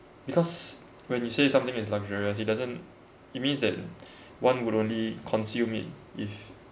because when you say something is luxurious it doesn't it means that one would only consume it if